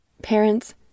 Parents